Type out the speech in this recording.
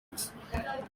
gusa